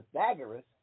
Pythagoras